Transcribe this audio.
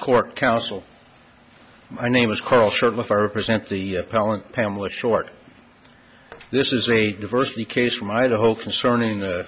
court counsel my name is carl short of our present the talent pamela short this is a diversity case from idaho concerning the